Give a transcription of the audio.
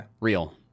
real